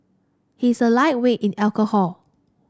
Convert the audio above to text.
he is a lightweight in alcohol